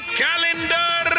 calendar